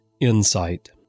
Insight